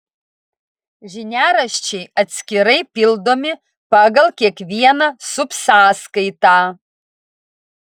žiniaraščiai atskirai pildomi pagal kiekvieną subsąskaitą